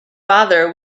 father